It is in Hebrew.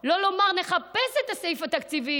שלא לומר: נחפש את הסעיף התקציבי.